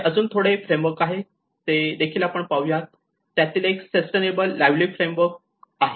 हे अजून थोडे काही फ्रेमवर्क आहेत ते देखील आपण पाहूयात त्यातील एक सस्टेनेबल लाइव्हलीहूड फ्रेमवर्क आहे